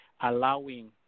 Allowing